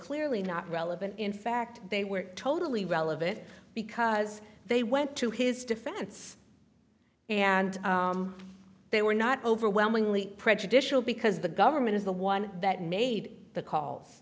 clearly not relevant in fact they were totally relevant because they went to his defense and they were not overwhelmingly prejudicial because the government is the one that made the call